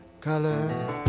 Color